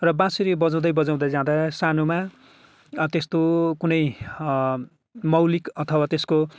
र बाँसुरी बजाउँदै बजाउँदै जाँदा सानोमा त्यस्तो कुनै मौलिक अथवा त्यसको